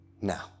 now